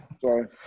Sorry